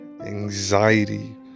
anxiety